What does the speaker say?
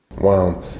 Wow